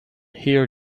hear